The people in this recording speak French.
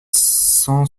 cent